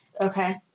Okay